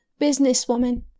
businesswoman